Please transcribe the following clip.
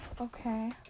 okay